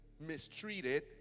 mistreated